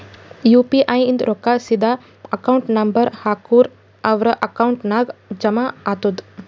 you P I ಇಂದ್ ರೊಕ್ಕಾ ಸೀದಾ ಅಕೌಂಟ್ ನಂಬರ್ ಹಾಕೂರ್ ಅವ್ರ ಅಕೌಂಟ್ ನಾಗ್ ಜಮಾ ಆತುದ್